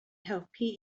helpu